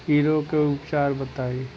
इ रोग के उपचार बताई?